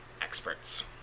experts